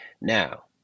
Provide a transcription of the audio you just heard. Now